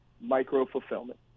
micro-fulfillment